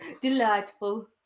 Delightful